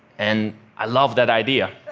and i loved that idea.